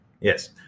Yes